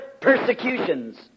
persecutions